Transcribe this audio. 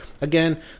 again